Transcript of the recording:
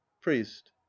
priest